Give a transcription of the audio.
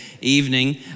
evening